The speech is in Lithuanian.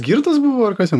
girtas buvo ar kas jam